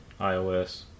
iOS